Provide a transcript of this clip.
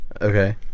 okay